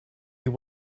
you